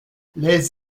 les